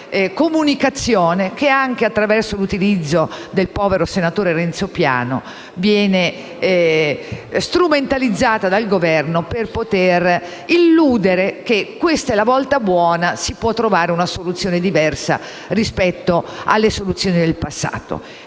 comunicazione che, anche attraverso l'utilizzo del povero senatore Renzo Piano, viene strumentalizzata dal Governo per potere illudere che questa sia la volta buona e che si può trovare una soluzione diversa rispetto a quelle del passato.